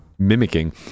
mimicking